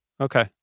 Okay